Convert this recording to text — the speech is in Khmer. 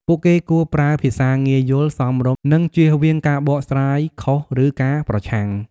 ពួកគេគួរប្រើភាសាងាយយល់ សមរម្យ និងចៀសវាងការបកស្រាយខុស ឬការប្រឆាំង។